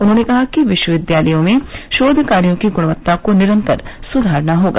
उन्होंने कहा कि विश्वविद्यालयों में शोध कार्यो की गुणवत्ता को निरन्तर सुधारना होगा